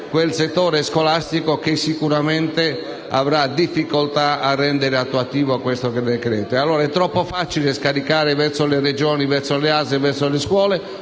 quel settore scolastico che sicuramente avrà difficoltà ad attuare questo decreto-legge. È troppo facile scaricare verso le Regioni, le ASL e le scuole